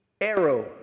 arrow